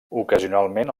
ocasionalment